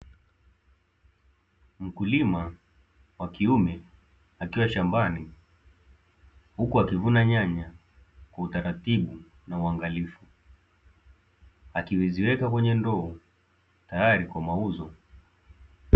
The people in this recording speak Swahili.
Mkulima wa kiume akiwa shambani huku akivuna nyanya kwa utaratibu na uangalifu akiziweka kwenye ndoo, tayari kwa mauzo.